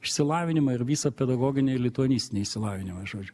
išsilavinimą ir visą pedagoginį lituanistinį išsilavinimą žodžiu